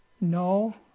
No